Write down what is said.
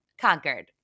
conquered